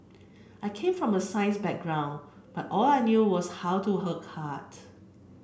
I came from a science background and all I knew was how to card